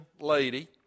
lady